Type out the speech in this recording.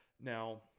Now